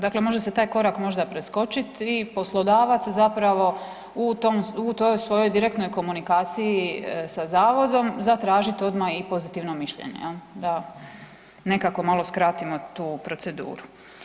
Dakle može se taj korak možda preskočit i poslodavac zapravo u toj svoj direktnoj komunikaciji za zavodom, zatražiti odmah i pozitivno mišljenje, jel', da nekako malo skratimo tu proceduru.